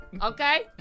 Okay